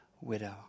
widow